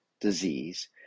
disease